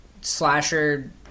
slasher